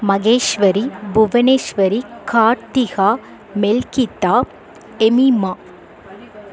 Maheshwari Bhuvaneshwari Karthika Melkitha எமிமா